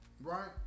right